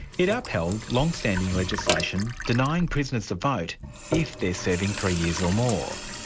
it upheld long-standing legislation denying prisoners the vote if they're serving three years or more.